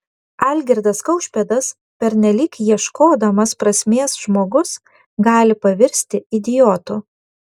algirdas kaušpėdas pernelyg ieškodamas prasmės žmogus gali pavirsti idiotu